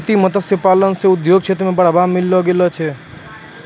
मोती मत्स्य पालन से उद्योग क्षेत्र मे बढ़ावा मिललो छै